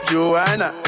Joanna